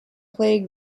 plagued